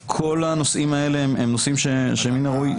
כל הנושאים האלה הם נושאים שמן הראוי לדון בהם.